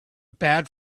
bad